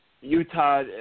Utah